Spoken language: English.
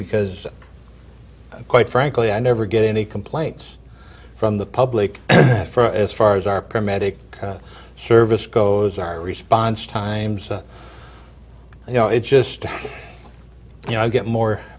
because quite frankly i never get any complaints from the public for as far as our primitive service goes our response times you know it's just you know i get more